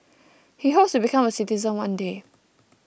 he hopes to become a citizen one day